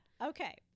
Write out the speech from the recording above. Okay